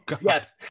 Yes